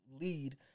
lead